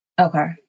Okay